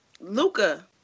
Luca